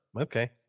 okay